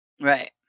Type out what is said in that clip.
Right